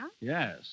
Yes